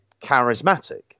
charismatic